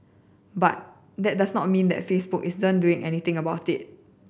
but that does not mean that Facebook isn't doing anything about it